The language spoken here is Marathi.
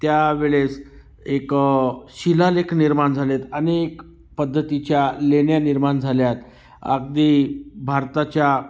त्यावेळेस एक शिलालेख निर्माण झालेत अनेक पद्धतीच्या लेण्या निर्माण झाल्यात अगदी भारताच्या